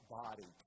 body